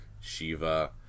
Shiva